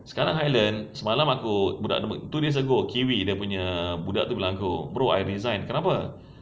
sekarang highlands semalam aku budak two days ago kiwi dia punya budak tu bilang aku bro I resign kenapa